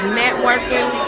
networking